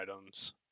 items